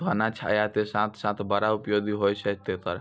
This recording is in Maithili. घना छाया के साथ साथ बड़ा उपयोगी होय छै तेतर